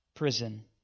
Prison